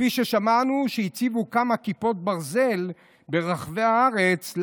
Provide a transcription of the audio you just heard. כפי ששמענו הציבו כמה כיפות ברזל ברחבי הארץ.